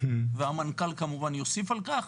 והמנכ"ל כמובן יוסיף על כך.